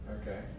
Okay